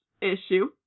issue